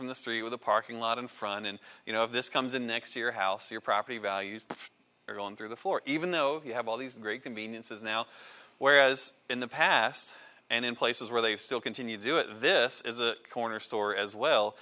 from the street with a parking lot in front and you know if this comes in next to your house your property values are going through the floor even though you have all these great conveniences now whereas in the past and in places where they still continue to do it this is a corner store as well